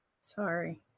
Sorry